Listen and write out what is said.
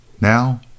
Now